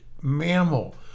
mammal